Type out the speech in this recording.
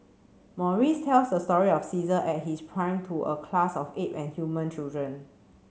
Maurice tells the story of Caesar at his prime to a class of ape and human children